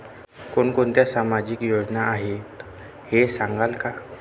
कोणकोणत्या सामाजिक योजना आहेत हे सांगाल का?